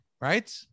right